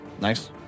Nice